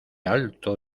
alto